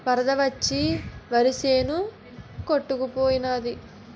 వరద వచ్చి వరిసేను కొట్టుకు పోనాది